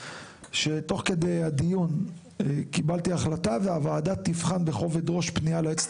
שתוך כדי הדיון קיבלתי החלטה והוועדה תבחן בכובד ראש פנייה ליועצת